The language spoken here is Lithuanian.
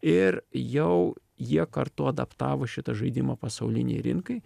ir jau jie kartu adaptavo šitą žaidimą pasaulinei rinkai